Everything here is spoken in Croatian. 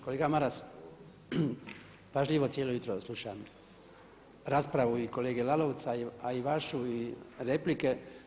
Kolega Maras, pažljivo cijelo jutro slušam raspravu i kolege Lalovca a i vašu i replike.